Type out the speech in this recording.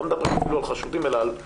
לא מדברים על חשודים, אלא על מורשעים.